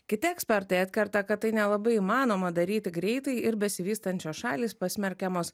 kiti ekspertai atkerta kad tai nelabai įmanoma daryti greitai ir besivystančios šalys pasmerkiamos